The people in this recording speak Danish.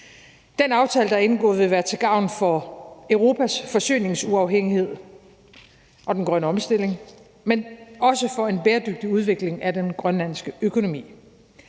Den aftale, der er indgået, vil være til gavn for Europas forsyningsuafhængighed og den grønne omstilling, men også for en bæredygtig udvikling af den grønlandske økonomi.